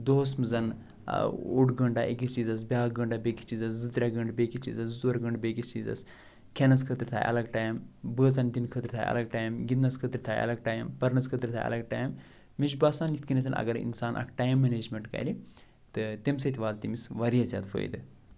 دۄہَس منٛز اوٚڈ گنٹہٕ أکِس چیٖزَس بیاکھ گنٹہٕ بیٚکِس چیٖزَس زٕ ترٛےٚ گنٛٹہٕ بیٚکِس چیٖزَس زٕ ژور گنٛٹہٕ بیٚکِس چیٖزَس کھیٚنَس خٲطرٕ تھایہِ الگ ٹایِم بٲژَن دِنہٕ خٲطرٕ تھایہِ الگ ٹایِم گِنٛدنَس خٲطرٕ تھایہِ الگ ٹایِم پرنَس خٲطرٕ تھایہِ الگ ٹایِم مےٚچھِ باسان یِتھ کَنیٚتھ اگر اِنسان اَکھ ٹایَم مَنیجمیٚنٹ کَرِ تہٕ تٔمۍ سۭتۍ واتہِ تٔمِس واریاہ زیادٕ فٲیِدٕ